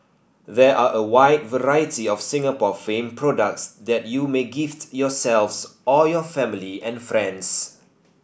there are a wide variety of Singapore famed products that you may gift yourselves or your family and friends